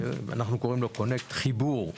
אנחנו קוראים לו Conect, חיבור.